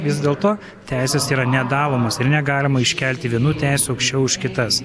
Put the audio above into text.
vis dėlto teisės yra nedalomos ir negalima iškelti vienų teisių aukščiau už kitas